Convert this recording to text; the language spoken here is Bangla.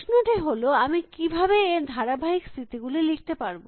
প্রশ্নটি হল আমি কিভাবে এর ধারাবাহিক স্থিতি গুলি লিখতে পারব